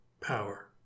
power